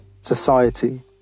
society